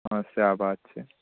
हँ सएह बात छै